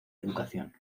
educación